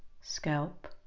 scalp